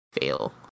fail